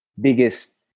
biggest